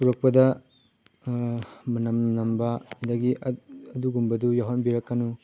ꯄꯨꯔꯛꯄꯗ ꯃꯅꯝ ꯅꯝꯕ ꯑꯗꯒꯤ ꯑꯗꯨꯒꯨꯝꯕꯗꯣ ꯌꯥꯎꯍꯟꯕꯤꯔꯛꯀꯅꯨ